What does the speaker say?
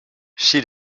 she